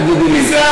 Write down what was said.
תגידי לי.